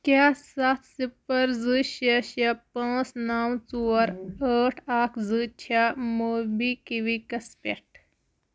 کیٛاہ سَتھ صِفر زٕ شےٚ شےٚ پانٛژھ نَو ژور ٲٹھ اَکھ زٕ چھا موبی کُوِکَس پٮ۪ٹھ